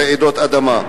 רעידות אדמה.